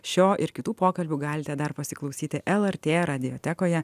šio ir kitų pokalbių galite dar pasiklausyti lrt radiotekoje